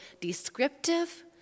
descriptive